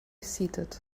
seated